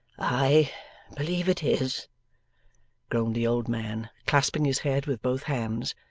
i believe it is groaned the old man, clasping his head with both hands.